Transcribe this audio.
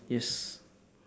yes